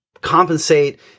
compensate